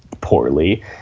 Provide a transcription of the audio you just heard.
poorly